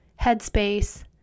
headspace